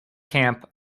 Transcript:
camp